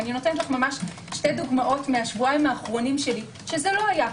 ואתן שתי דוגמאות מהשבועיים האחרונים שלי שזה לא יהיה.